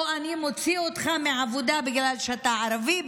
אני מוציא אותך מהעבודה בגלל שאתה ערבי,